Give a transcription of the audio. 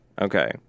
Okay